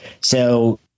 So-